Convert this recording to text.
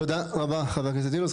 תודה רבה חבר הכנסת אילוז.